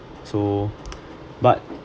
so but